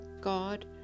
God